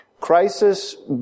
Crisis